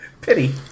Pity